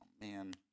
man